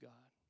God